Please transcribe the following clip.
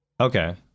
Okay